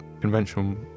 conventional